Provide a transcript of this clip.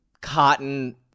cotton